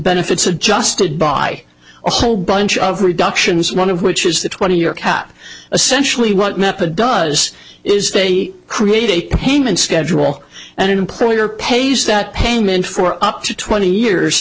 benefits adjusted by a whole bunch of reductions one of which is the twenty your cap essentially what method does is they create a payment schedule and an employer pays that payment for up to twenty years